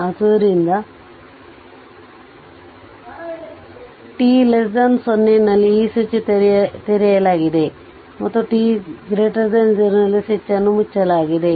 ಆದ್ದರಿಂದ t 0 ನಲ್ಲಿ ಈ ಸ್ವಿಚ್ ತೆರೆಯಗಿದೆ ಮತ್ತು t 0 ನಲ್ಲಿ ಸ್ವಿಚ್ ಅನ್ನು ಮುಚ್ಚಲಾಗಿದೆ